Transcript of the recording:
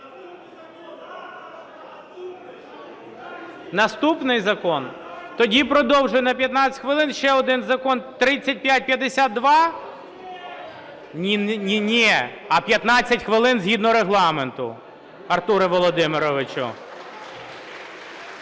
Наступний закон? Тоді продовжую на 15 хвилин. Ще один закон – 3552. Не ні, а 15 хвилин згідно Регламенту, Артуре Володимировичу.